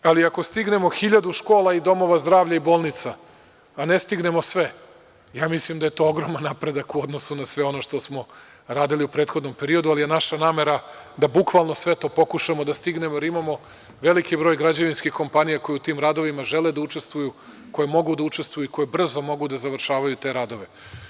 Ali, ako stignemo hiljadu škola i domova zdravlja i bolnica, a ne stignemo sve, mislim da je to ogroman napredak u odnosu na sve ono što smo radili u prethodnom periodu, ali je naša namera da bukvalno sve to pokušamo da stignemo jer imamo veliki broj građevinskih kompanija koji u tim radovima žele da učestvuju, koje mogu da učestvuju i koje brzo mogu da završavaju te radove.